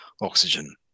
oxygen